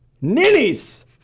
Ninnies